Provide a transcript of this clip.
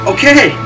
Okay